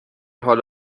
حال